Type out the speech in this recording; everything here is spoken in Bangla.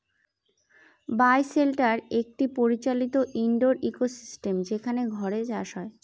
বায় শেল্টার একটি পরিচালিত ইনডোর ইকোসিস্টেম যেখানে ঘরে চাষ হয়